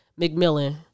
McMillan